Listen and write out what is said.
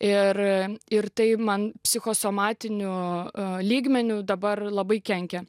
ir ir tai man psichosomatinių lygmeniu dabar labai kenkia